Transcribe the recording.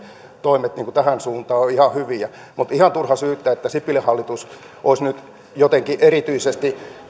toimet tähän suuntaan ovat ihan hyviä mutta ihan turha syyttää että sipilän hallitus olisi nyt jotenkin erityisesti